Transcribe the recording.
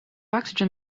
oxygen